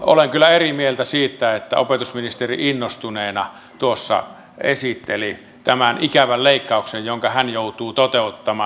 olen kyllä eri mieltä siitä että opetusministeri innostuneena esitteli tämän ikävän leikkauksen jonka hän joutuu toteuttamaan